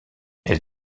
elle